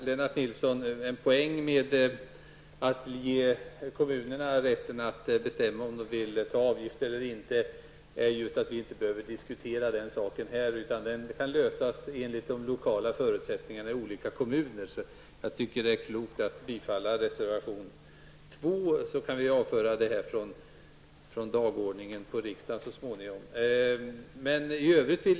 Herr talman! En poäng med att ge kommunerna rätten att bestämma om de vill ha avgift eller inte är, Lennart Nilsson, att vi inte behöver diskutera den saken här i riksdagen. Den frågan kan i stället lösas i enlighet med de lokala förutsättningarna i olika kommuner. Jag tycker därför att det är klokt att bifalla reservation 2, så kan vi så småningom avföra denna fråga från riksdagens dagordning.